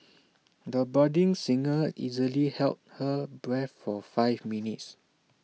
the budding singer easily held her breath for five minutes